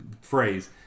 phrase